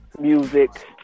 music